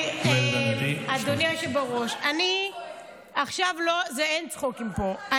אדוני היושב בראש, עכשיו אין צחוקים פה.